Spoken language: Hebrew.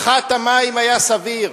פחת המים היה סביר,